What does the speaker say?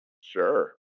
Sure